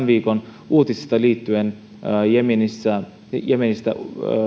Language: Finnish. viikon uutisista liittyen jemenistä